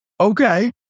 Okay